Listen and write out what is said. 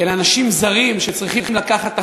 כעל אנשים זרים שצריכים לקחת אחריות.